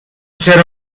چرا